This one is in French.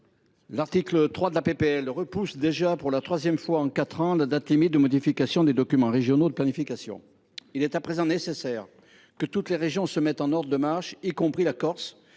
proposition de loi repousse, pour la troisième fois en quatre ans, la date limite de modification des documents régionaux de planification. Il est à présent nécessaire que toutes les régions se mettent en ordre de marche, y compris la Corse